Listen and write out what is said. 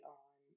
on